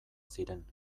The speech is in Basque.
ziren